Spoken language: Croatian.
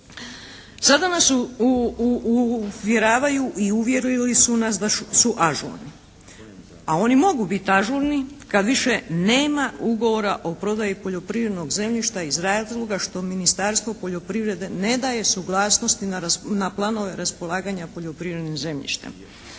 Sada nas uvjeravaju i uvjerili su nas da su ažurni. A oni mogu biti ažurni kad više nema Ugovora o prodaji poljoprivrednog zemljišta iz razloga što Ministarstvo poljoprivrede ne daje suglasnosti na planove raspolaganja poljoprivrednim zemljištem.